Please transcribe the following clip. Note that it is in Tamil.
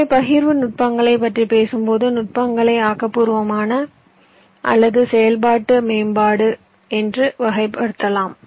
எனவே பகிர்வு நுட்பங்களைப் பற்றிப் பேசும்போது நுட்பங்களை ஆக்கபூர்வமான அல்லது செயல்பாட்டு மேம்பாடு என்று வகைப்படுத்தலாம்